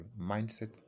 mindset